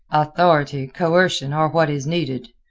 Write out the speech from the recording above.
authority, coercion are what is needed.